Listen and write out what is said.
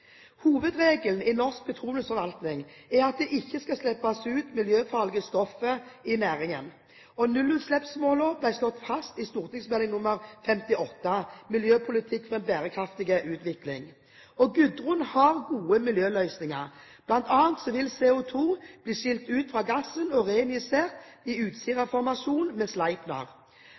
Hovedregelen i norsk petroleumsforvaltning er at det ikke skal slippes ut miljøfarlige stoffer i næringen. Nullutslippsmålet ble slått fast i St.meld. nr. 58 for 1996–1997, Miljøvernpolitikk for en bærekraftig utvikling. Gudrun har gode miljøløsninger. Blant annet vil CO2 bli skilt ut fra gassen og reinjisert i